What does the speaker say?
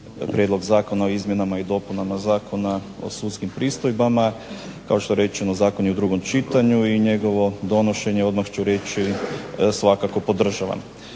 prijedlog zakona o izmjenama i dopunama Zakona o sudskim pristojbama. Kao što je rečeno zakon je u drugom čitanju i njegovo donošenje odmah ću reći svakako podržavam.